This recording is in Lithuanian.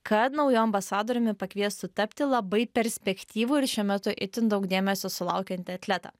kad nauju ambasadoriumi pakviestų tapti labai perspektyvų ir šiuo metu itin daug dėmesio sulaukiantį atletą